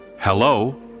hello